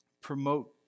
promote